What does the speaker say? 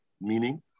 meaning